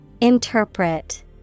Interpret